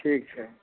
ठीक छै